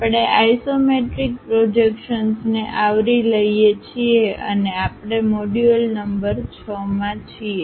આપણે આઇસોમેટ્રિક પ્રોજેક્શન્સને આવરી લઈએ છીએ અને આપણે મોડ્યુલ નંબર 6 માં છીએ